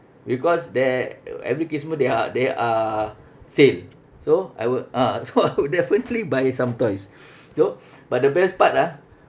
because there every christmas there are there are same so I would ah so I would definitely buy some toys you know but the best part ah